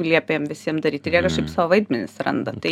liepia jiem visiem daryt ir jie kažkaip savo vaidmenis randa tai